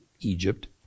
Egypt